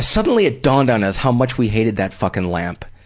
suddenly it dawned on us how much we hated that fucking lamp.